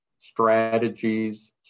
strategies